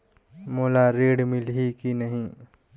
मोला ऋण मिलही की नहीं?